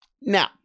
Now